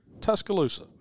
Tuscaloosa